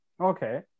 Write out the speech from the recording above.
Okay